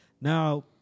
Now